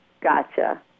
Gotcha